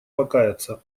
покаяться